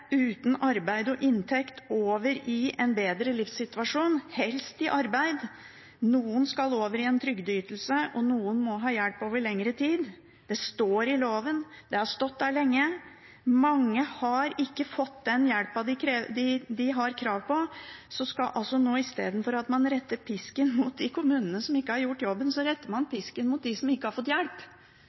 uten arbeid og inntekt, over i en bedre livssituasjon, helst i arbeid – noen skal over i en trygdeytelse, og noen må ha hjelp over lengre tid. Det står i loven. Det har stått der lenge. Mange har ikke fått den hjelpen de har krav på. Men i stedet for å rette pisken mot de kommunene som ikke har gjort jobben, retter man pisken mot dem som ikke har fått hjelp.